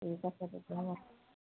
ঠিক আছে